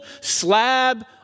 slab